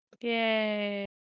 yay